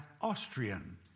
Austrian